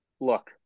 Look